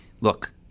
look